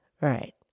right